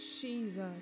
Jesus